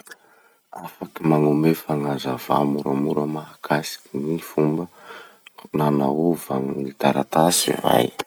Afaky magnome fagnazavà moramora mahakasiky ny fomba nanaova ny taratasy va iha?